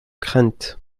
crainte